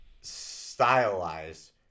stylized